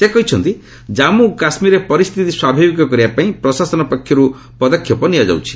ସେ କହିଛନ୍ତି କମ୍ମୁ କାଶ୍କୀରରେ ପରିସ୍ଥିତି ସ୍ୱାଭାବିକ କରିବାପାଇଁ ପ୍ରଶାସନ ପକ୍ଷରୁ ପଦକ୍ଷେପ ନିଆଯାଇଛି